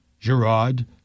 Gerard